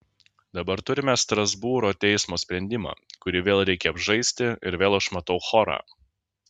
dabar turime strasbūro teismo sprendimą kurį vėl reikia apžaisti ir vėl aš matau chorą